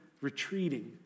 retreating